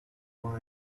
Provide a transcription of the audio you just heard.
wine